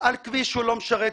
על כביש שהוא לא משרת אותי,